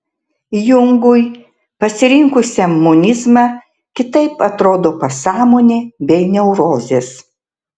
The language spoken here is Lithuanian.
jungui pasirinkusiam monizmą kitaip atrodo pasąmonė bei neurozės